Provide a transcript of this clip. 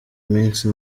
minsi